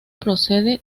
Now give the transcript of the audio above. procede